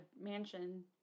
mansion